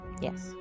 Yes